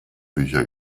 bücher